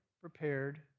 prepared